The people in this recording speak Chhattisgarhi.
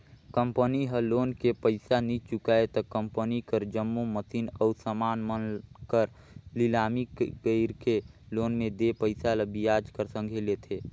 कंपनी ह लोन के पइसा नी चुकाय त कंपनी कर जम्मो मसीन अउ समान मन कर लिलामी कइरके लोन में देय पइसा ल बियाज कर संघे लेथे